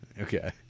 Okay